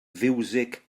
fiwsig